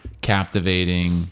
captivating